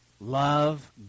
Love